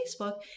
Facebook